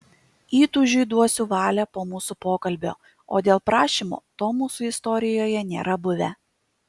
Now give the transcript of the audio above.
įtūžiui duosiu valią po mūsų pokalbio o dėl prašymo to mūsų istorijoje nėra buvę